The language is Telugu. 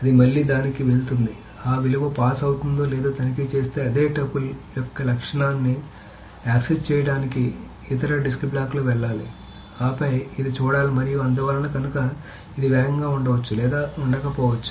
అది మళ్లీ దానికి వెళుతుంది ఆ విలువ పాస్ అవుతుందో లేదో తనిఖీ చేస్తే అదే టపుల్ యొక్క లక్షణాన్ని యాక్సెస్ చేయడానికి ఇతర డిస్క్ బ్లాక్కి వెళ్లాలి ఆపై అది చూడాలి మరియు అందువలన కనుక ఇది వేగంగా ఉండవచ్చు లేదా ఉండకపోవచ్చు